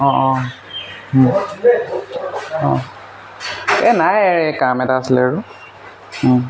অঁ অঁ এই নাই কাম এটা আছিলে আৰু